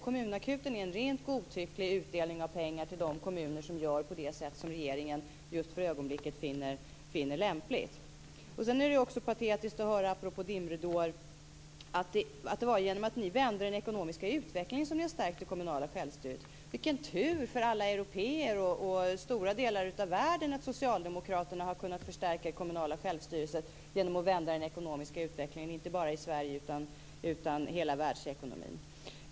Kommunakuten är en rent godtycklig utdelning av pengar till de kommuner som gör på det sätt som regeringen just för ögonblicket finner lämpligt. Apropå dimridåer är det patetiskt att höra att det var genom att ni vände den ekonomiska utvecklingen som ni har stärkt det kommunala självstyret. Vilken tur för alla européer och stora delar av världen att socialdemokraterna har kunnat förstärka den kommunala självstyrelsen genom att vända den ekonomiska utvecklingen, inte bara i Sverige utan i hela världsekonomin.